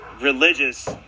religious